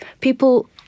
people